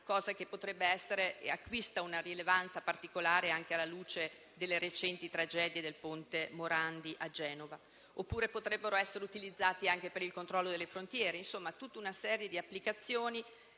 cosa che acquista una rilevanza particolare anche alla luce della recente tragedia del Ponte Morandi a Genova. Potrebbero inoltre essere utilizzati anche per il controllo delle frontiere. Insomma, vi è tutta una serie di applicazioni